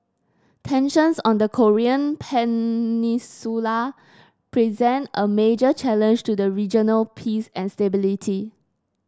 tensions on the Korean Peninsula present a major challenge to the regional peace and stability